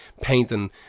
painting